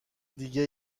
دیگه